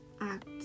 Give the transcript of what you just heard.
act